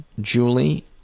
Julie